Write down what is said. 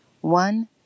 one